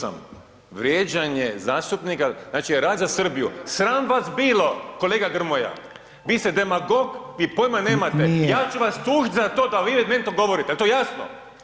238. vrijeđanje zastupnika, znači, rad za Srbiju, sram vas bilo kolega Grmoja, vi ste demagog, vi pojma nemate, ja ću vas tužiti za to da vi to meni govorite, je to jasno?